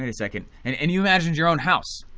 and second, and and you imagined your own house.